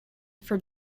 for